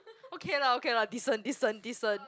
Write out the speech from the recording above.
okay lah okay lah decent decent decent